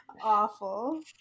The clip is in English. Awful